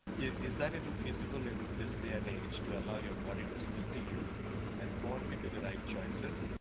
is that even feasible in this day and age, to allow your body to speak to you and point you to the right choices,